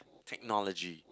technology